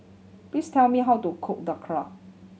please tell me how to cook Dhokla